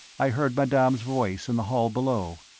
i heard madame's voice in the hall below.